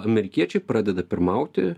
amerikiečiai pradeda pirmauti